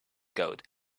code